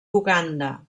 uganda